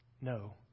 No